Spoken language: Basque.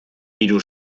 hiru